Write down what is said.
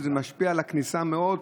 זה משפיע על הכניסה מאוד,